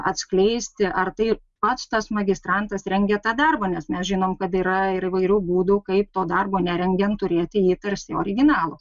atskleisti ar tai pats tas magistrantas rengia tą darbą nes mes žinom kad yra ir įvairių būdų kaip to darbo nerengiant turėti jį tarsi originalų